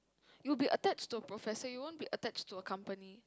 you will be attached to professor you won't be attached to a company